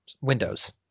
windows